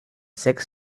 sechs